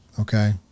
okay